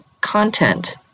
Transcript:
content